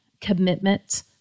commitment